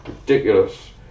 Ridiculous